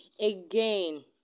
again